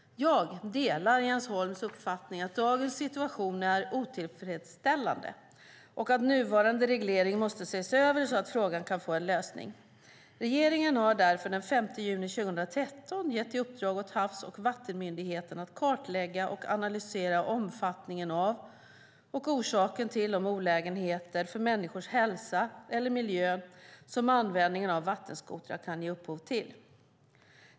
Jag delar Jens Holms uppfattning att dagens situation är otillfredsställande och att nuvarande reglering måste ses över så att frågan kan få en lösning. Regeringen har därför den 5 juni 2013 gett i uppdrag åt Havs och vattenmyndigheten att kartlägga och analysera omfattningen av och orsaken till de olägenheter för människors hälsa eller för miljön som användningen av vattenskotrar kan ge upphov till.